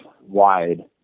wide